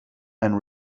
and